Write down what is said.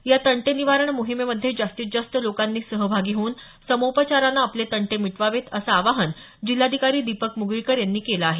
या तंटे निवारण मोहिमेमध्ये जास्तीत जास्त लोकांनी सहभागी होवून सामोपचाराने आपले तंटे मिटवावेत असं आवाहन जिल्हाधिकारी दीपक मुगळीकर यांनी केलं आहे